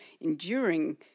enduring